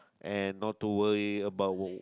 and not to worry about